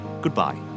goodbye